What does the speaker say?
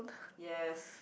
yes